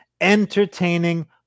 entertaining